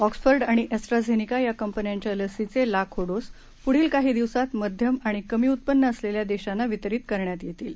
Oxford आणि AstraZeneca या कंपन्यांच्या लसीचे लाखो डोस पुढील काही दिवसांत मध्यम आणि कमी उत्पन्न असलेल्या देशांना वितरित करण्यात येतील